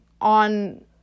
on